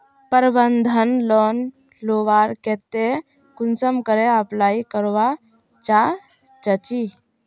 प्रबंधन लोन लुबार केते कुंसम करे अप्लाई करवा चाँ चची?